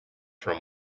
from